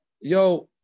Yo